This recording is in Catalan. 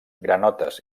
granotes